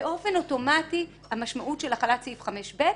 באופן אוטומטי המשמעות של החלת סעיף 5(ב)